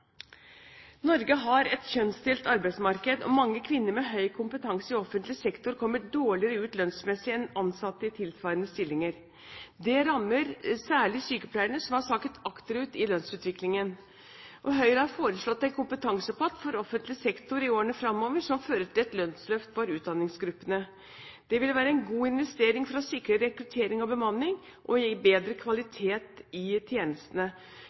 Norge har et kjønnsdelt arbeidsmarked, og mange kvinner med høy kompetanse i offentlig sektor kommer dårligere ut lønnsmessig enn ansatte i tilsvarende stillinger. Det rammer særlig sykepleierne, som har sakket akterut i lønnsutviklingen. Høyre har foreslått en «kompetansepott» for offentlig sektor i årene fremover, som fører til et lønnsløft for utdanningsgruppene. Det vil være en god investering for å sikre rekruttering og bemanning, og gi bedre kvalitet i tjenestene,